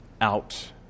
out